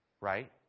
Right